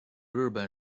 日本